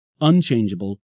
unchangeable